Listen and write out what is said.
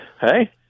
hey